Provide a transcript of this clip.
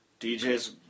DJs